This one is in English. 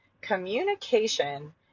Communication